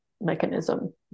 mechanism